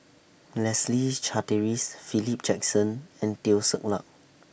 Leslie Charteris Philip Jackson and Teo Ser Luck